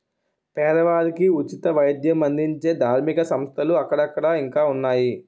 పేదవారికి ఉచిత వైద్యం అందించే ధార్మిక సంస్థలు అక్కడక్కడ ఇంకా ఉన్నాయి